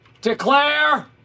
declare